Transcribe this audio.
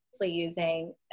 using